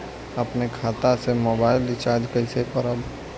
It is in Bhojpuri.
अपने खाता से मोबाइल रिचार्ज कैसे करब?